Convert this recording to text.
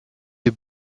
les